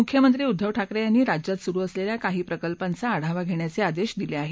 मुख्यमंत्री उद्घव ठाकरे यांनी राज्यात सुरु असलेल्या काही प्रकल्पांचा आढावा घेण्याचे आदेश दिले आहेत